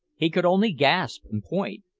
he could only gasp, and point.